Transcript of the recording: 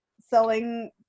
selling